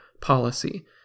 policy